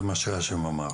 זה מה שהאשם אמר,